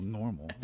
normal